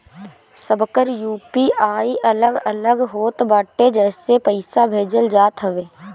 सबकर यू.पी.आई अलग अलग होत बाटे जेसे पईसा भेजल जात हवे